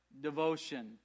devotion